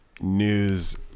news